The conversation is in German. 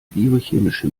biochemische